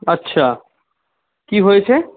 আচ্ছা কী হয়েছে